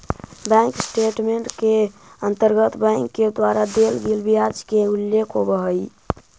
bank statement के अंतर्गत bank के द्वारा देल गेल ब्याज के उल्लेख होवऽ हइ